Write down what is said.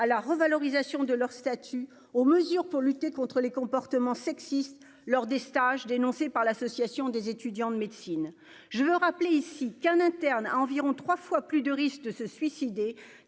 à la revalorisation de leur statut aux mesures pour lutter contre les comportements sexistes lors des stages dénoncée par l'association des étudiants de médecine, je veux rappeler ici qu'un interne environ 3 fois plus de risques de se suicider,